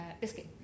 Biscuit